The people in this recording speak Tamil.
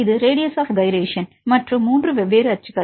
இது ரேடியஸ் ஆப் கைரேஷன் மற்றும் 3 வெவ்வேறு அச்சு